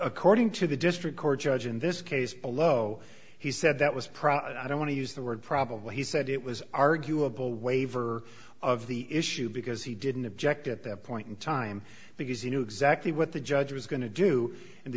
according to the district court judge in this case below he said that was proud i don't want to use the word probably he said it was arguable waiver of the issue because he didn't object at that point in time because he knew exactly what the judge was going to do and the